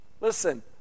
Listen